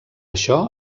això